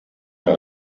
der